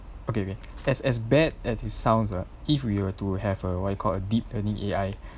okay okay as as bad at it sounds ah if we were to have a what you call a deep learning A_I